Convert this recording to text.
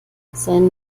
sein